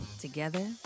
Together